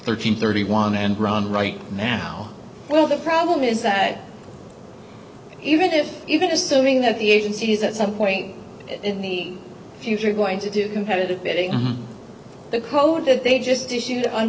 thirty thirty one and run right now well the problem is that even if even assuming that the agencies at some point in the future are going to do competitive bidding on the code that they just issued on